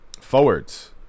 forwards